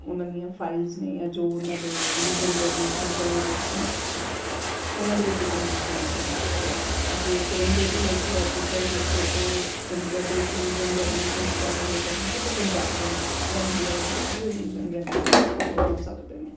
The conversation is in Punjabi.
ਉਹਨਾਂ ਦੀਆਂ ਫਾਈਲਸ ਨੇ ਜਾਂ ਜੋ ਉਹਨਾਂ ਦੇ ਰੂਲਸ ਐਂਡ ਰੈਗੂਲੇਸ਼ਨਸ ਵਾਲੀਆਂ ਬੁੱਕਸ ਨੇ ਉਹਨਾਂ ਦੇ ਵਿੱਚ ਚੇਂਜਿਸ ਜ਼ਰੂਰ ਹੋਣੇ ਚਾਹੀਦੇ ਹੈ ਜੇ ਕਿਰਨ ਬੇਦੀ ਵਰਗੀ ਔਫੀਸਰ ਹੋਕੇ ਅਤੇ ਚੰਡੀਗੜ੍ਹ ਦੇ ਵਿੱਚ ਰੂਲਸ ਐਂਡ ਰੈਗੂਲੇਸ਼ਨਸ ਫੋਲੋ ਹੋ ਸਕਦੇ ਨੇ ਤਾਂ ਫਿਰ ਪੰਜਾਬ ਦੇ ਵਿੱਚ ਜਾਂ ਇੰਡੀਆ ਦੇ ਵਿੱਚ ਵੀ ਉਹ ਰੂਲਸ ਐਂਡ ਰੈਗੂਲੇਸ਼ਨਸ ਫੋਲੋ ਹੋ ਸਕਦੇ ਨੇ